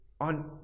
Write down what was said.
on